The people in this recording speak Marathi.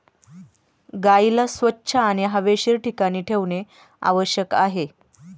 गाईला स्वच्छ आणि हवेशीर ठिकाणी ठेवणे आवश्यक आहे